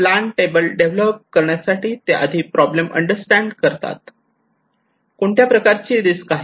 plan table develop करण्यासाठी ते आधी प्रॉब्लेम अंडरस्टँड करतात कोणत्या प्रकारचे रिस्क आहे